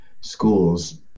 schools